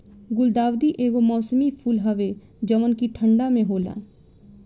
गुलदाउदी एगो मौसमी फूल हवे जवन की ठंडा में होला